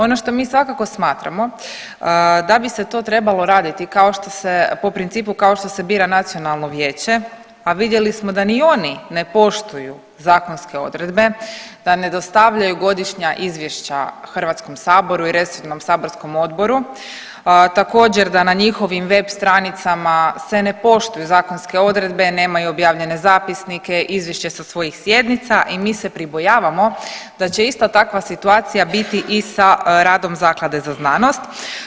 Ono što mi svakako smatramo da bi se to trebalo raditi kao što se, po principu kao što se bira nacionalno vijeće, a vidjeli smo da ni oni ne poštuju zakonske odredbe, da ne dostavljaju godišnja izvješća HS i resornom saborskom odboru, također na na njihovim web stranicama se ne poštuju zakonske odredbe, nemaju objavljene zapisnike i izvješće sa svojih sjednica i mi se pribojavamo da će ista takva situacija biti i sa radom Zaklade za znanost.